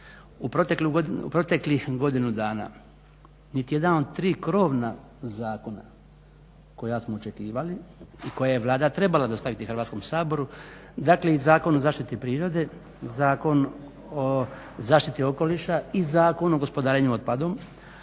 u proteklih godinu dana niti jedan od tri krovna zakona koja smo očekivali, koje je Vlada trebala dostaviti Hrvatskom saboru, dakle i Zakon o zaštiti prirode, Zakon o zaštiti okoliša i Zakon o gospodarenju otpadom,